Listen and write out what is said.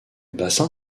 bassin